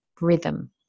rhythm